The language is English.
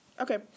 Okay